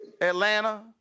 Atlanta